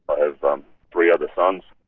i have um three other sons.